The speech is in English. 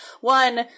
one